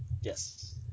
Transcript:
Yes